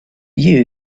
view